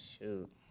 shoot